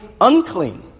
unclean